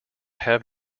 have